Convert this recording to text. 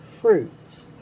fruits